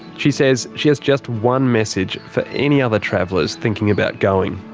she says she has just one message for any other travellers thinking about going.